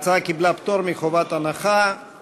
הצעת חוק נכי רדיפות הנאצים (תיקון מס' 20)